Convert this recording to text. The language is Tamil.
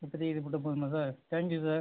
இப்போதிக்கு இது மட்டும் போதுமா சார் தேங்க்யூ சார்